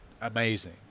amazing